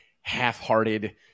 half-hearted –